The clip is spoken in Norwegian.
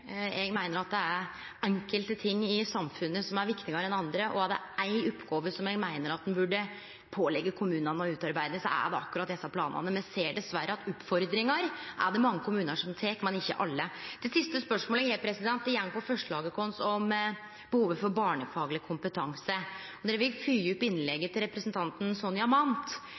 Eg meiner at det er enkelte ting i samfunnet som er viktigare enn andre, og er det éi oppgåve som eg meiner at ein burde påleggje kommunane, er det å utarbeide akkurat desse planane. Me ser dessverre at oppfordringar er det mange kommunar som tek, men ikkje alle. Det siste spørsmålet eg har, går på forslaget vårt om behovet for barnefagleg kompetanse. Her vil eg fylgje opp innlegget til representanten Sonja